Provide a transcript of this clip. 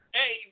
Hey